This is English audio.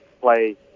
play